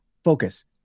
Focus